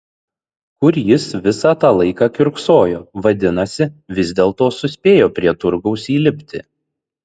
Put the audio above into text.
kur jis visą tą laiką kiurksojo vadinasi vis dėlto suspėjo prie turgaus įlipti